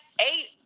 eight